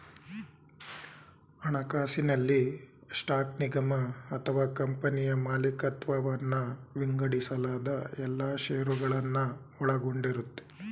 ಹಣಕಾಸಿನಲ್ಲಿ ಸ್ಟಾಕ್ ನಿಗಮ ಅಥವಾ ಕಂಪನಿಯ ಮಾಲಿಕತ್ವವನ್ನ ವಿಂಗಡಿಸಲಾದ ಎಲ್ಲಾ ಶೇರುಗಳನ್ನ ಒಳಗೊಂಡಿರುತ್ತೆ